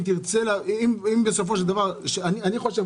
אם בסופו של דבר אני חושב,